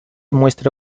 muestra